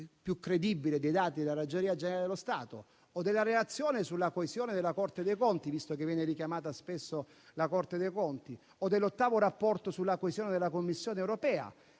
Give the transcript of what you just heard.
più credibile dei dati della Ragioneria generale dello Stato o della relazione sulla coesione della Corte dei conti, visto che viene richiamato spesso questo organo, o dell'ottava relazione sulla coesione della Commissione europea.